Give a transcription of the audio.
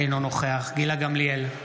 אינו נוכח גילה גמליאל,